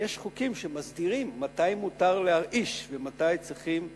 ויש חוקים שמסדירים מתי מותר להרעיש ומתי צריכים לשתוק.